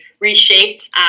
reshaped